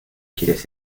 quieras